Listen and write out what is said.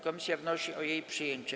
Komisja wnosi o jej przyjęcie.